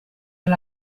del